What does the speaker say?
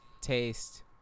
taste